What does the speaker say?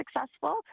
successful